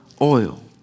oil